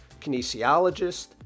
kinesiologist